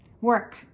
Work